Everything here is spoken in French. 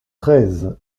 treize